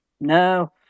No